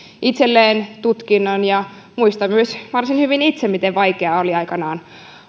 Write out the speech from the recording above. itselleen tutkinnon muistan myös varsin hyvin itse miten vaikea oli aikanaan